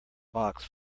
box